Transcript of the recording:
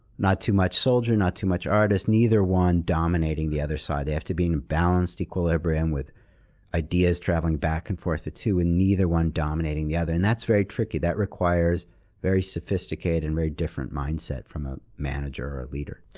not too much soldier, not too much artist. neither one dominating the other side. they have to be in balanced equilibrium, with ideas traveling back and forth the two, and neither one dominating the other. and that's very tricky. that requires very sophisticated and very different mindset from a manager, or a leader.